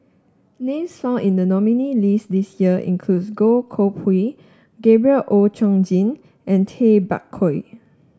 names found in the nominee list this year includes Goh Koh Pui Gabriel Oon Chong Jin and Tay Bak Koi